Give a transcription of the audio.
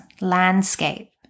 landscape